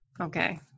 Okay